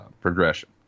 progression